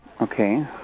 Okay